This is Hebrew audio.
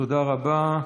תודה רבה.